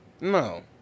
no